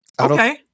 okay